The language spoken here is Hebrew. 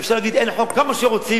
ואפשר להגיד "אין חוק" כמה שרוצים,